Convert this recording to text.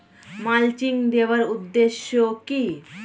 Mulching দেওয়ার উদ্দেশ্য কি?